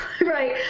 right